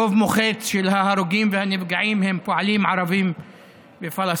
רוב מוחץ של ההרוגים ושל הנפגעים הם פועלים ערבים ופלסטינים.